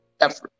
effort